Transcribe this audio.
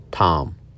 Tom